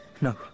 No